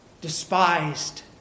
despised